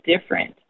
different